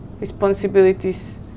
responsibilities